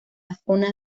zona